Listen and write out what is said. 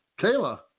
Kayla